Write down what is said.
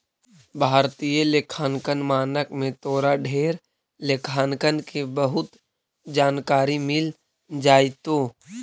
भारतीय लेखांकन मानक में तोरा ढेर लेखांकन के बहुत जानकारी मिल जाएतो